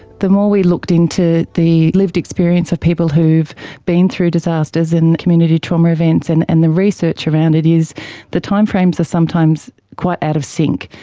the more we looked into the lived experience of people who have been through disasters and community trauma events and and the research around it is the timeframes are sometimes quite out of sync,